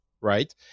right